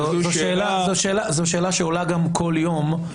זו שאלה שעולה כל יום.